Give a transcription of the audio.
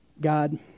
God